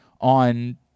on